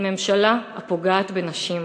היא ממשלה פוגעת בנשים.